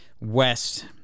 west